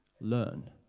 learn